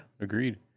agreed